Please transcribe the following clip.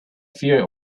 fear